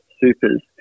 supers